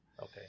okay